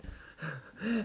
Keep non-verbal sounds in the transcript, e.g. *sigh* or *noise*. *laughs*